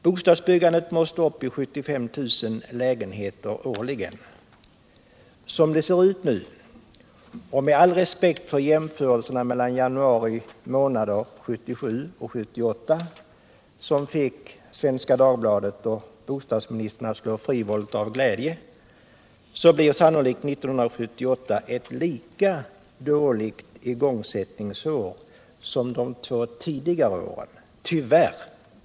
Bostadsbyggandet måste upp i 75 000 lägenheter årligen. Som det ser ut nu — och med all respekt för jämförelserna mellan januari månader 1977 och 1978, som fick Svenska Dagbladet och bostadsministrarna att slå frivoher av glädje, blir sannolikt 1978 ewt lika dåligt igångsättningsår som de två tidigare åren.